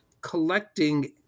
collecting